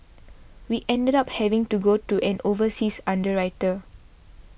we ended up having to go to an overseas underwriter